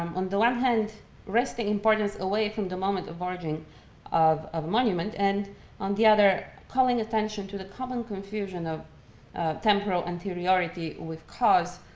um on the one hand wresting importance away from the moment of origin of a monument, and on the other calling attention to the common confusion of temporal anteriority with cause,